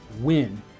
win